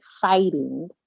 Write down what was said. fighting